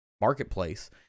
marketplace